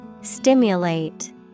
Stimulate